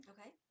Okay